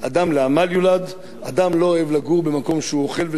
אדם לא אוהב לגור במקום שהוא אוכל ושותה ולן בלי לעבוד.